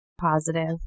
positive